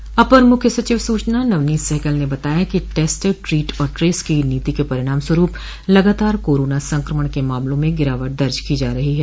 राज्य के अपर मुख्य सचिव सूचना नवनोत सहगल ने बताया है कि टेस्ट ट्रीट और ट्रेस की नीति के परिणाम स्वरूप लगातार कोरोना संक्रमण के मामलों में गिरावट दर्ज की जा रही है